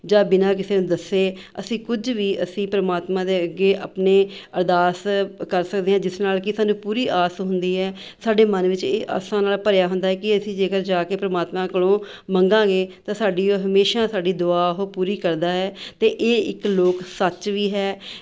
ਜਾਂ ਬਿਨਾਂ ਕਿਸੇ ਨੂੰ ਦੱਸੇ ਅਸੀਂ ਕੁਝ ਵੀ ਅਸੀਂ ਪਰਮਾਤਮਾ ਦੇ ਅੱਗੇ ਆਪਣੇ ਅਰਦਾਸ ਕਰ ਸਕਦੇ ਹਾਂ ਜਿਸ ਨਾਲ਼ ਕਿ ਸਾਨੂੰ ਪੂਰੀ ਆਸ ਹੁੰਦੀ ਹੈ ਸਾਡੇ ਮਨ ਵਿੱਚ ਇਹ ਆਸਾਂ ਨਾਲ਼ ਭਰਿਆ ਹੁੰਦਾ ਕਿ ਅਸੀਂ ਜੇਕਰ ਜਾ ਕੇ ਪਰਮਾਤਮਾ ਕੋਲੋਂ ਮੰਗਾਂਗੇ ਤਾਂ ਸਾਡੀ ਉਹ ਹਮੇਸ਼ਾਂ ਸਾਡੀ ਦੁਆ ਉਹ ਪੂਰੀ ਕਰਦਾ ਹੈ ਅਤੇ ਇਹ ਇੱਕ ਲੋਕ ਸੱਚ ਵੀ ਹੈ